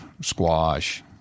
squash